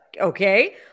okay